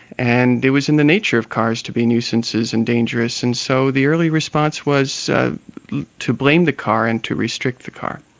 and it was in the nature of cars to be nuisances and dangerous, and so the early response was ah to blame the car and to restrict the car.